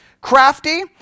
Crafty